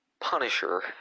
Punisher